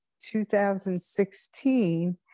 2016